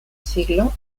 siglo